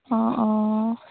অঁ অঁ